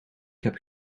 heb